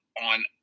on